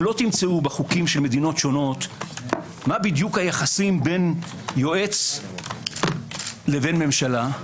שלא תמצאו בחוקים של מדינות שונות מה בדיוק היחסים בין יועץ לבין ממשלה,